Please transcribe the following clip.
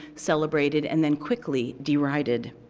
celebrated, and then quickly derided.